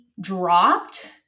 dropped